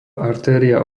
artéria